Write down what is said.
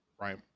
Right